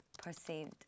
perceived